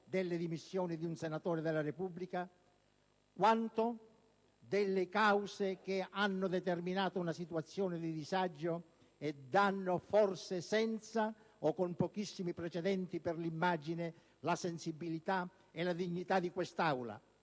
delle dimissioni di un senatore della Repubblica, quanto delle cause che hanno determinato una situazione di disagio e danno, forse senza o con pochissimi precedenti per l'immagine, la sensibilità e la dignità di quest'Aula